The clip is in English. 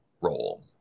role